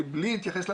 בלי להתייחס למטרו,